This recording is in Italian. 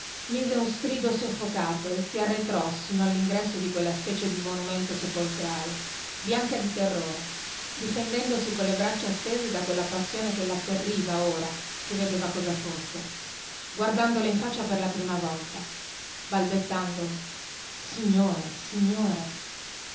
mise un strido soffocato e si arretrò sino allingresso di quella specie di monumento sepolcrale bianca di terrore difendendosi colle braccia stese da quella passione che latterriva ora che vedeva cosa fosse guardandola in faccia per la prima volta balbettando signore signore